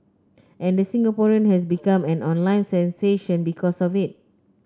and the Singaporean has become an online sensation because of it